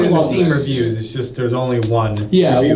and well steam reviews is just, there's only one. yeah yeah,